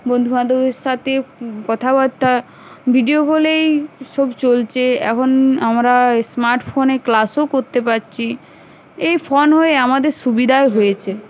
বন্ধু বান্ধবদের সাথে কথাবার্তা ভিডিও কলেই সব চলছে এখন আমরা স্মার্ট ফোনে ক্লাসও করতে পারছি এই ফোন হয়ে আমাদের সুবিধাই হয়েছে